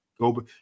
go